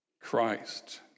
Christ